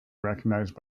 recognized